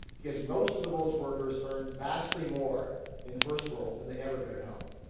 because most of the world's workers earn vastly more in the first world than they ever could at home.